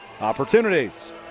opportunities